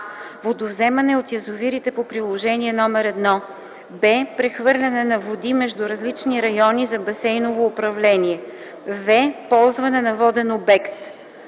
водовземане от язовирите по приложение № 1; б) прехвърляне на води между различни райони за басейново управление; в) ползване на воден обект: